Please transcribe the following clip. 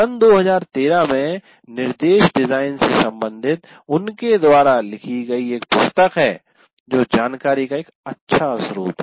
सन 2013 में निर्देश डिजाइन से संबंधित उनके द्वारा लिखी गई एक पुस्तक है जो जानकारी का एक अच्छा स्रोत है